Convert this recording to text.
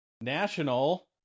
national